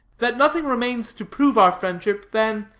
that nothing remains to prove our friendship than,